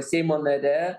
seimo nare